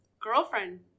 girlfriend